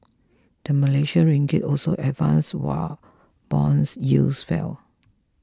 the Malaysian Ringgit also advanced while bonds yields fell